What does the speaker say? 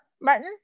Martin